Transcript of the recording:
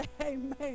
Amen